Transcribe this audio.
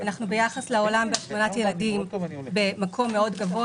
ביחס לעולם בהשמנת ילדים אנחנו במקום גבוה מאוד,